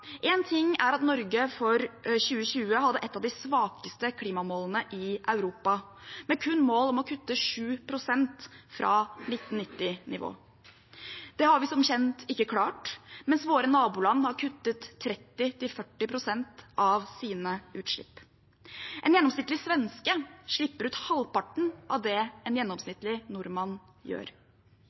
ting er at Norge for 2020 hadde et av de svakeste klimamålene i Europa, med kun mål om å kutte 7 pst. fra 1990-nivå. Det har vi som kjent ikke klart, mens våre naboland har kuttet 30–40 pst. av sine utslipp. En gjennomsnittlig svenske slipper ut halvparten av det en gjennomsnittlig nordmann gjør.